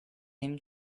him